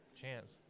chance